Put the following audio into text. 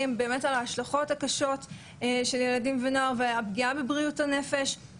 ולכן אנחנו רואים חשיבות רבה גם בטיוב החקיקה הקיימת,